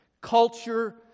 Culture